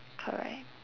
correct